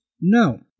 No